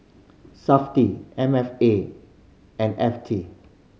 Safti M F A and F T